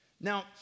Now